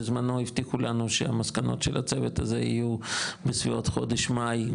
בזמנו הבטיחו לנו שהמסקנות של הצוות הזה יהיו בסביבות חודש מאי,